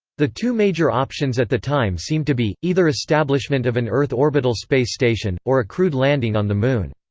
the two major options at the time seemed to be, either establishment of an earth orbital space station, or a crewed landing on the moon.